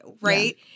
right